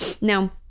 now